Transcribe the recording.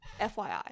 FYI